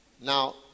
Now